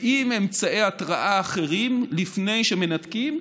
עם אמצעי התראה אחרים לפני שמנתקים,